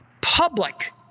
Public